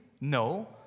No